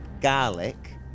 garlic